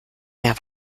mehr